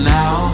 now